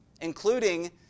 including